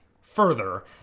further